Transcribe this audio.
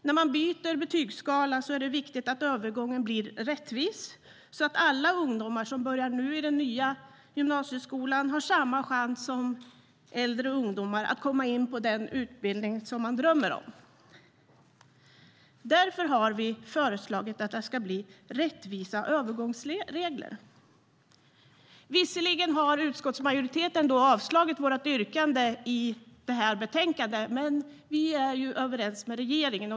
När man byter betygsskala är det viktigt att övergången blir rättvis så att alla ungdomar som börjar i den nya gymnasieskolan har samma chans som äldre ungdomar att komma in på den utbildning de drömmer om. Därför har vi föreslagit att det ska bli rättvisa övergångsregler. Visserligen har utskottsmajoriteten avslagit vårt yrkande i det här betänkandet, men vi är överens med regeringen.